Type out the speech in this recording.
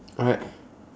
right